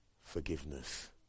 forgiveness